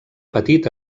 petit